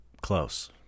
close